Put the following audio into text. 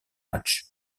matchs